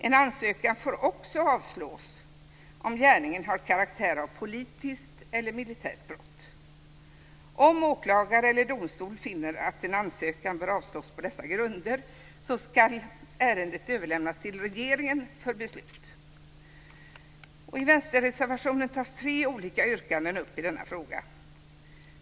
En ansökan får också avslås om gärningen har karaktär av politiskt eller militärt brott. Om åklagare eller domstol finner att en ansökan bör avslås på dessa grunder ska ärendet överlämnas till regeringen för beslut. I vänsterreservationen tas tre olika yrkanden upp i denna fråga.